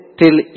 till